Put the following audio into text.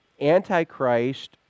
Antichrist